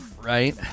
Right